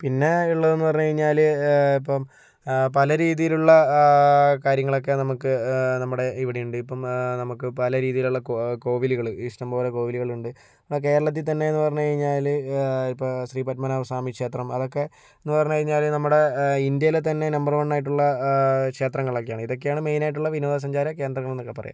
പിന്നെ ഉള്ളതെന്നു പറഞ്ഞു കഴിഞ്ഞാല് ഇപ്പോൾ പല രീതിയിലുള്ള കാര്യങ്ങളൊക്കെ നമുക്ക് നമ്മുടെ ഇവിടെ ഉണ്ട് ഇപ്പോൾ നമുക്ക് പല രീതികളിലുള്ള കോവിലുകള് ഇഷ്ടംപോലെ കോവിലുകളുണ്ട് നമ്മളെ കേരളത്തിൽ തന്നെ എന്നു പറഞ്ഞു കഴിഞ്ഞാല് ഇപ്പോൾ ശ്രീ പത്മനാഭ സ്വാമി ക്ഷേത്രം അതൊക്കെ എന്നു പറഞ്ഞു കഴിഞ്ഞാല് നമ്മുടെ ഇന്ത്യയിലെ തന്നെ നമ്പർ വണ്ണായിട്ടുള്ള ക്ഷേത്രങ്ങളൊക്കെയാണ് ഇതൊക്കെയാണ് മെയിനായിട്ടുള്ള വിനോദ സഞ്ചാര കേന്ദ്രങ്ങളെന്നൊക്കെ പറയാം